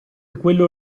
quello